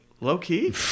low-key